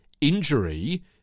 injury